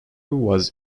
was